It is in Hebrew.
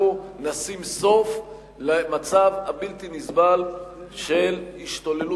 אנחנו נשים סוף למצב הבלתי-נסבל של השתוללות